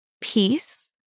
peace